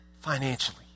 financially